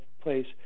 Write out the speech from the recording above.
place